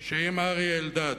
שאם אריה אלדד